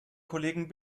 kollegen